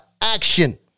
action